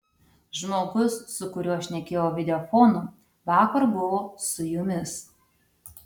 žmogus su kuriuo šnekėjau videofonu vakar buvo su jumis